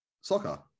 soccer